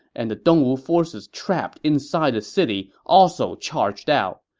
and the dongwu forces trapped inside the city also charged out.